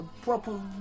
proper